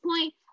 point